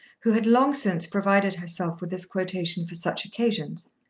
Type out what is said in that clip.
who had long since provided herself with this quotation for such occasions.